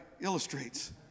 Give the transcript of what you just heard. illustrates